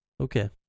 okay